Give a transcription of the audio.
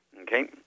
Okay